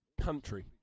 Country